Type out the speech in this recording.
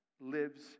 lives